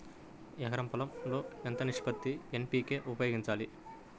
ఎకరం పొలం లో ఎంత నిష్పత్తి లో ఎన్.పీ.కే ఉపయోగించాలి?